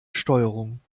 steuerung